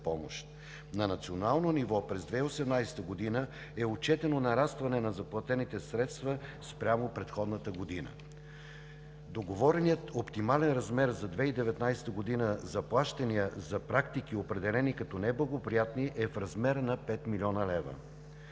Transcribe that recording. На национално ниво през 2018 г. е отчетено нарастване на заплатените средства спрямо предходната година. Договореният оптимален размер за 2019 г. за плащания за практики, определени като неблагоприятни, е в размер на 5 млн. лв.